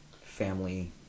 family